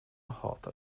hatar